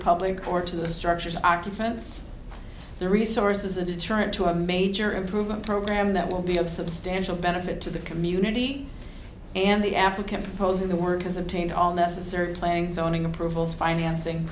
public or to the structures occupants the resource is a deterrent to a major improvement program that will be of substantial benefit to the community and the applicant proposing the work has obtained all necessary playing zoning approvals financing